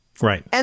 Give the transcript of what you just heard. Right